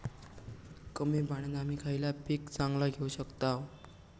कमी पाण्यात आम्ही खयला पीक चांगला घेव शकताव?